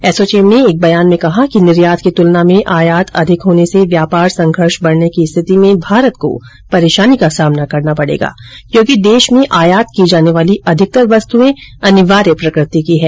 एसोचैम ने एक बयान में कहा कि निर्यात की तुलना में आयात अधिक होने से व्यापार संघर्ष बढ़ने की स्थिति में भारत को परेशानी का सामना करना पड़ेगा क्योंकि देश में आयात की जाने वाली अधिकतर वस्तुएं अनिवार्य प्रकृति की हैं